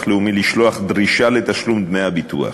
לאומי לשלוח דרישה לתשלום דמי הביטוח,